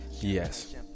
Yes